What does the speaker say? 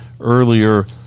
earlier